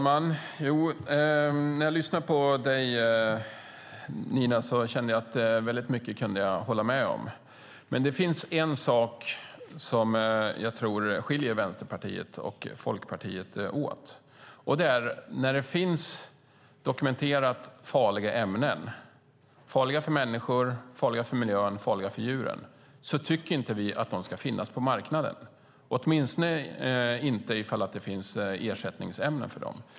Herr talman! Jag kan hålla med om mycket av det som du sade, Nina, men en sak skiljer Vänsterpartiet och Folkpartiet åt. Vi tycker inte att dokumenterat farliga ämnen - ämnen som är farliga för människan, miljön och djuren - ska finnas på marknaden, åtminstone inte om det finns ersättningsämnen för dem.